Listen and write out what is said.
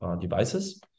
devices